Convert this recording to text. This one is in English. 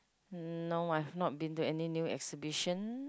mm no I've not been to any new exhibition